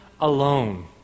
alone